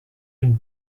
une